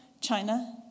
China